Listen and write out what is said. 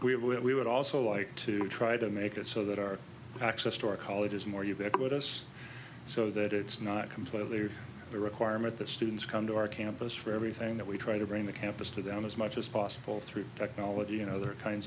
would we would also like to try to make it so that our access to our college is more ubiquitous so that it's not completely with the requirement that students come to our campus for everything that we try to bring the campus to them as much as possible through technology you know other kinds